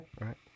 Right